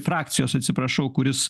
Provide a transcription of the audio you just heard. frakcijos atsiprašau kuris